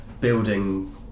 building